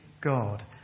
God